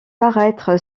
paraître